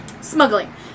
smuggling